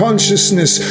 Consciousness